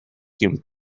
tiun